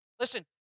Listen